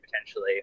potentially